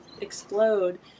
explode